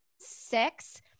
Six